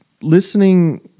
listening